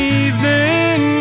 evening